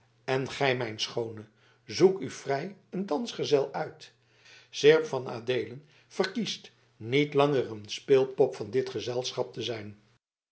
en gij mijn schoone zoek u vrij een dansgezel uit seerp van adeelen verkiest niet langer de speelpop van dit gezelschap te zijn